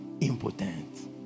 impotent